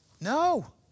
No